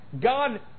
God